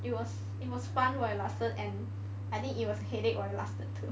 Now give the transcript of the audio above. it was it was fun while it lasted and I think it was a headache while it lasted too